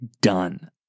done